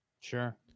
Sure